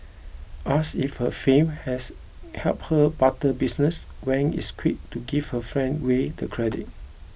asked if her fame has helped her barber business Wang is quick to give her friend way the credit